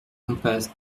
impasse